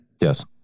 yes